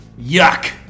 Yuck